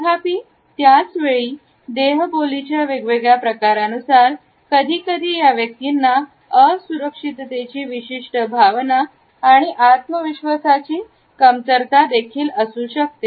तथापि त्याच वेळी देहबोलीचे वेगवेगळ्या प्रकारानुसार कधीकधी या व्यक्तींना असुरक्षिततेची विशिष्ट भावना किंवा आत्मविश्वासाची कमतरता देखील असू शकते